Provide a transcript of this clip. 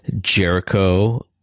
Jericho